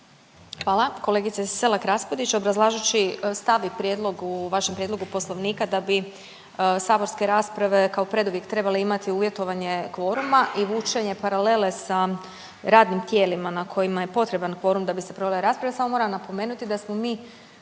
Hvala. Kolegice Selak Raspudić, obrazlažući stav i prijedlog u vašem prijedlogu Poslovnika da bi saborske rasprave kao preduvjet trebale imati uvjetovanje kvoruma i vučenje paralele sa radnim tijelima na kojima je potreban kvorum da bi se provele rasprave,